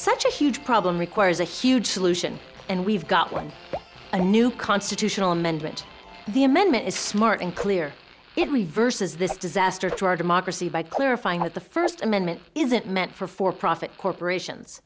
such a huge problem requires a huge solution and we've got one a new constitutional amendment the amendment is smart and clear it reverses this disaster to our democracy by clarifying that the first amendment isn't meant for for profit corporations